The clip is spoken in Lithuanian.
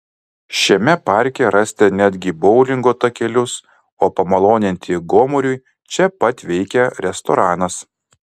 šiame parke rasite netgi boulingo takelius o pamaloninti gomuriui čia pat veikia restoranas